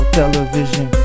television